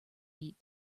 eat